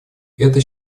это